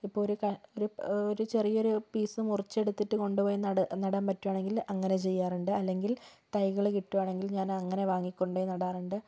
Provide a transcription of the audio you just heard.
ഇപ്പോൾ ഒരു ക ഒരു ഒരു ചെറിയൊരു പീസ് മുറിച്ചെടുത്തിട്ട് കൊണ്ടുപോയി നട നടാൻ പറ്റുകയാണെങ്കിൽ അങ്ങനെ ചെയ്യാറുണ്ട് അല്ലെങ്കിൽ തൈകൾ കിട്ടുകയാണെങ്കിൽ ഞാനങ്ങനെ വാങ്ങിക്കൊണ്ടു പോയി നടാറുണ്ട്